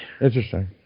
Interesting